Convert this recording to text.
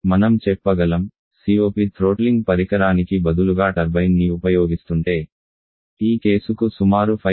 మనం చెప్పగలం COP throttling పరికరానికి బదులుగా టర్బైన్ని ఉపయోగిస్తుంటే ఈ కేసుకు సుమారు 5